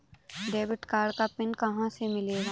Debit card का PIN कहां से मिलेगा?